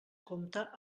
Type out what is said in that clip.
compta